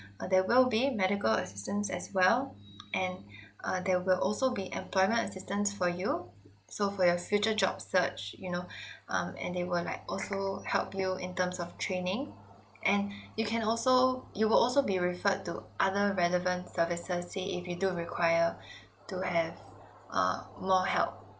uh there will be medical assistance as well and uh there will also be employment assistance for you so for your future job search you know um and they will like also help you in terms of training and you can also you will also be referred to other relevant services say if you do require to have err more help